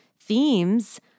themes